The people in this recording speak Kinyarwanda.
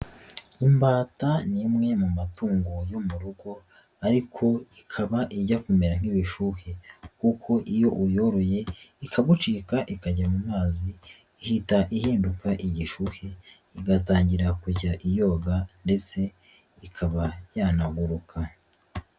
Imbata ni imwe mu matungo yo mu rugo ariko ikaba ijya kumera nk'ibishuhe kuko iyo uyoroye ikagucika ikajya mu mazi ihita ihinduka igishyuhe igatangira kujya yoga ndetse ikaba yanaguruka.